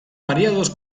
variados